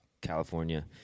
California